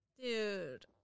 Dude